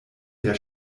der